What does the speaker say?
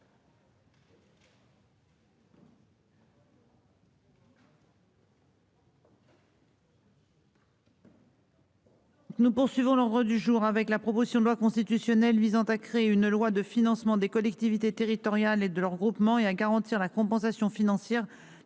Nous poursuivons l'ordre du jour avec la proposition de loi constitutionnelle visant à créer une loi de financement des collectivités territoriales et de leurs groupements et à garantir la compensation financière